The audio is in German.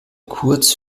kurz